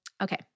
okay